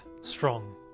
strong